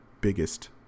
biggest